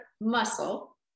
muscle